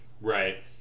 right